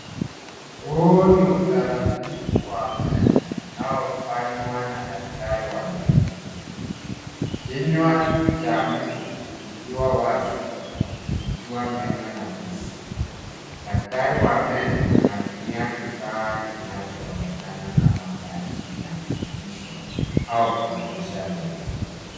Huu ni utaratibu wa meno unaofanywa na daktari wa meno, kinywa cha mtu kikiwa wazi kukifichua meno na fizi, daktari wa meno anatumia kifaa kinachoonekana kama brashi ya kusafisha au kungarisha meno.